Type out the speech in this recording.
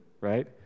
right